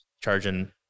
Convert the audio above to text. charging